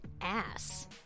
ass